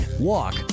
walk